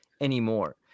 anymore